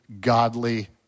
godly